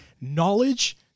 Knowledge